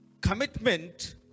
Commitment